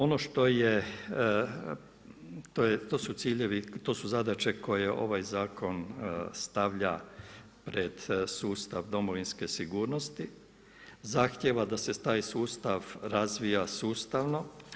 Ono što je, to su ciljevi, to su zadaće koje ovaj zakon stavlja pred sustav domovinske sigurnosti, zahtjeva da se taj sustav razvija sustavno.